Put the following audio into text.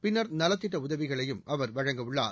பின்னர் நலத்திட்ட உதவிகளையும் அவர் வழங்கவுள்ளார்